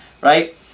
right